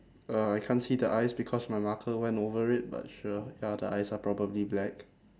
uh I can't see the eyes because my marker went over it but sure ya the eyes are probably black